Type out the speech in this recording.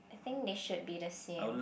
I think they should be the same